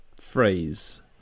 phrase